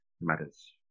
matters